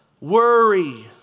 worry